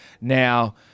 Now